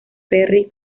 perry